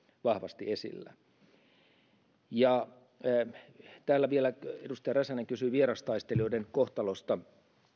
vahvasti esillä täällä vielä edustaja räsänen kysyi vierastaistelijoiden kohtalosta